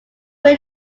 real